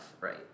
Right